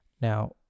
Now